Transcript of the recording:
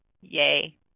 Yay